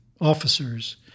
officers